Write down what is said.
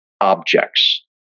objects